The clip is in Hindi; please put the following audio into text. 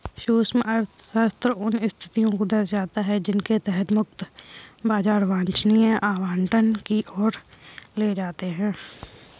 सूक्ष्म अर्थशास्त्र उन स्थितियों को दर्शाता है जिनके तहत मुक्त बाजार वांछनीय आवंटन की ओर ले जाते हैं